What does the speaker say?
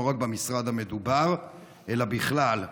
לא רק במשרד המדובר אלא בכלל,